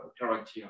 character